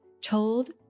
told